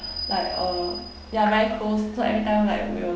like uh ya very close so every time like will